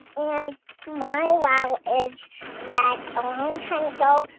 and my wow is that a long time ago,